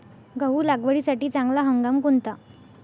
गहू लागवडीसाठी चांगला हंगाम कोणता?